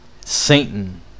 Satan